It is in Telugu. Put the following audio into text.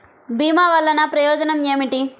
భీమ వల్లన ప్రయోజనం ఏమిటి?